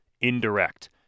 indirect